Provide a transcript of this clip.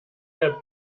der